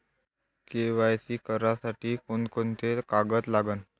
KYC करासाठी कोंते कोंते कागद लागन?